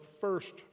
first